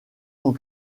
sont